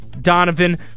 Donovan